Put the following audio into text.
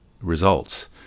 results